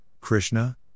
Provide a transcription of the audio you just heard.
Krishna